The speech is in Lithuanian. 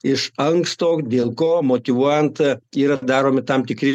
iš anksto dėl ko motyvuojant yra daromi tam tikri